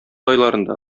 айларында